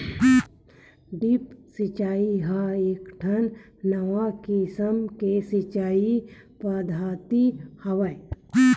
drip सिचई ह एकठन नवा किसम के सिचई पद्यति हवय